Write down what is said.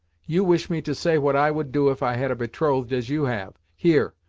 you wish me to say what i would do if i had a betrothed as you have, here,